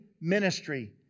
ministry